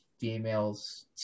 females